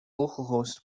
localhost